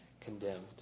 condemned